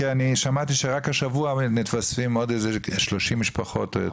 כי אני שמעתי שרק השבוע מתווספות עוד איזה 30 משפחות או יותר.